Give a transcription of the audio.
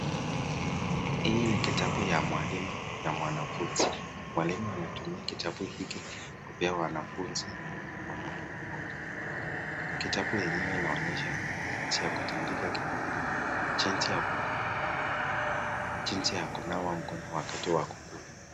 Hii ni kitabu ya mwalimu na mwanafunzi, mwalimu anatumia kitabu hiki kupea wanafunzi, kitabu yenyewe inaonyesha jinsi ya kutandika kitanda, jinsi ya kukula, jinsi ya kunawa mkono wakati wa kukula.